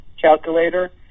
calculator